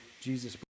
Jesus